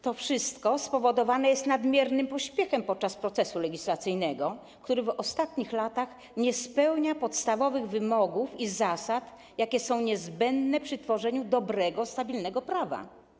To wszystko spowodowane jest nadmiernym pośpiechem podczas procesu legislacyjnego, który w ostatnich latach nie spełnia podstawowych wymogów i zasad, jakie są niezbędne przy tworzeniu dobrego, stabilnego prawa.